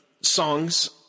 songs